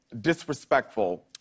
disrespectful